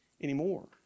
anymore